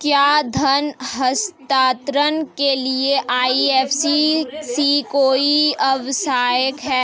क्या धन हस्तांतरण के लिए आई.एफ.एस.सी कोड आवश्यक है?